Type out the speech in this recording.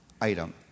item